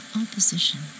opposition